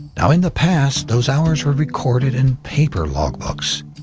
now in the past, those hours were recorded in paper logbooks.